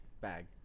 Bag